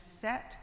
set